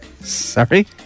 Sorry